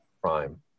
prime